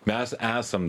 mes esam